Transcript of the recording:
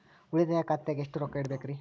ಉಳಿತಾಯ ಖಾತೆದಾಗ ಎಷ್ಟ ರೊಕ್ಕ ಇಡಬೇಕ್ರಿ?